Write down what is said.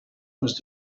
was